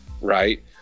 right